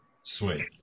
Sweet